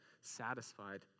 satisfied